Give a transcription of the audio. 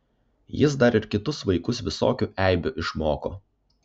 jis dar ir kitus vaikus visokių eibių išmoko